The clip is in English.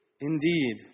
indeed